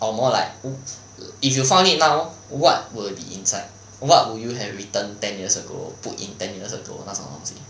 or more like !oops! if you found it now what will be inside what would you have written ten years ago put in ten years ago 那种东西